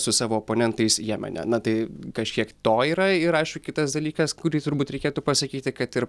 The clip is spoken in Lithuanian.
su savo oponentais jemene na tai kažkiek to yra ir aišku kitas dalykas kurį turbūt reikėtų pasakyti kad ir